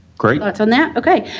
great. votes on that? okay.